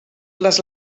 les